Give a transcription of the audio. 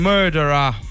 Murderer